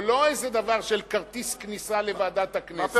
לא איזה דבר של כרטיס כניסה לוועדת הכנסת.